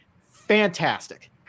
Fantastic